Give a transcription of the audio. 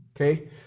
okay